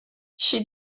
she